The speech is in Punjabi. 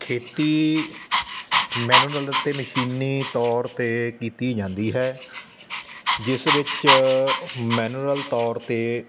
ਖੇਤੀ ਮੈਨੂਰਲ ਅਤੇ ਮਸ਼ੀਨੀ ਤੌਰ 'ਤੇ ਕੀਤੀ ਜਾਂਦੀ ਹੈ ਜਿਸ ਵਿੱਚ ਮੈਨੂਰਲ ਤੌਰ 'ਤੇ